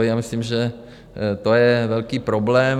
Já myslím, že to je velký problém.